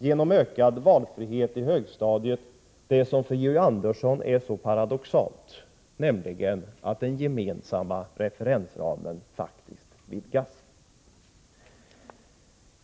Genom ökad valfrihet i högstadiet uppnås det som för Georg Andersson är så paradoxalt, nämligen att den gemensamma referensramen faktiskt vidgas. Fru talman!